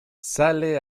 sale